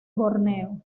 borneo